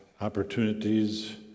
opportunities